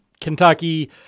Kentucky